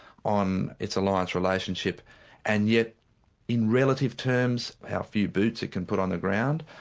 on its alliance relationship and yet in relative terms how few boots it can put on the ground.